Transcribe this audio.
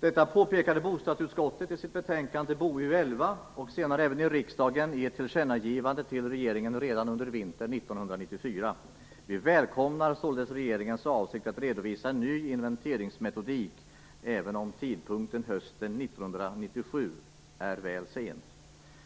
Det påpekade bostadsutskottet i sitt betänkande BoU11, och senare även riksdagen i ett tillkännagivande till regeringen redan under vintern 1994. Kristdemokraterna välkomnar således regeringens avsikt att redovisa en ny inventeringsmetodik, även om tidpunkten hösten 1997 är väl sen.